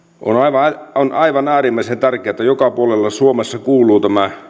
on aivan äärimmäisen tärkeää että joka puolella suomessa kuuluu tämä